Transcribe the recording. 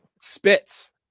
spits